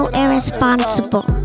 irresponsible